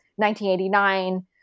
1989